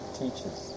teachers